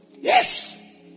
Yes